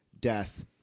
death